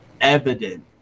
evident